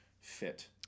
fit